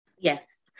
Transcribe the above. Yes